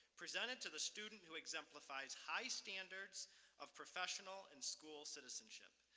presented to the student who exemplifies high standards of professional and school citizenship.